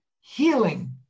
healing